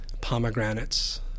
pomegranates